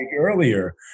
earlier